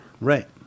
right